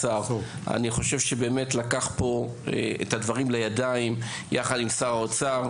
אני חושב שהוא באמת לקח פה את הדברים לידיים יחד עם שר האוצר,